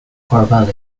corvallis